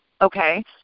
okay